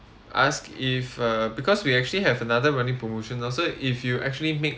ask if uh because we actually have another running promotions also if you actually make